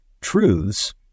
truths